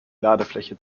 ladefläche